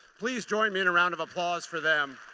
please join me in a round of applause for them.